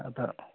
ᱟᱫᱚ